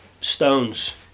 Stones